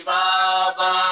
Baba